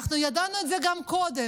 אנחנו ידענו את זה גם קודם,